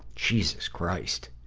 jesus christ!